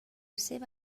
seva